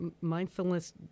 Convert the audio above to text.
mindfulness